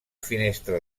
finestra